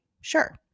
Sure